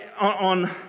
on